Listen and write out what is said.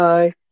Bye